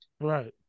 Right